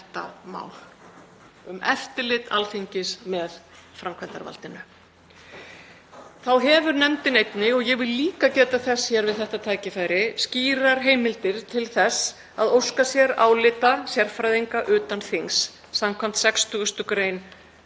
um eftirlit Alþingis með framkvæmdarvaldinu. Þá hefur nefndin einnig, og ég vil líka geta þess hér við þetta tækifæri, skýrar heimildir til að óska sérálita sérfræðinga utan þings, skv. 60. gr.